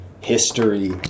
history